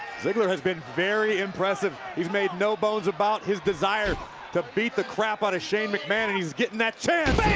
ziggler has been very impressive he's made no bones about his desire to beat the crap out of shane mcmahon and he's getting that chance.